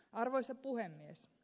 arvoisa puhemies